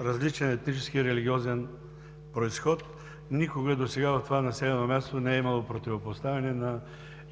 различен етнически и религиозен произход, и никога досега в това населено място не е имало противопоставяне на